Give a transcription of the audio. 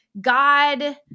God